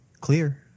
clear